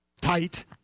tight